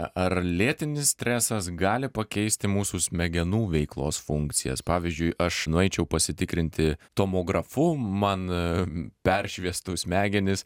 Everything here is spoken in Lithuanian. ar lėtinis stresas gali pakeisti mūsų smegenų veiklos funkcijas pavyzdžiui aš nueičiau pasitikrinti tomografu man peršviestų smegenis